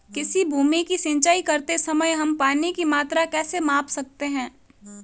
किसी भूमि की सिंचाई करते समय हम पानी की मात्रा कैसे माप सकते हैं?